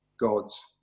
God's